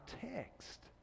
text